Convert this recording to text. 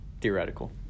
theoretical